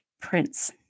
Prince